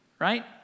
right